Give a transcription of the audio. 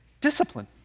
Discipline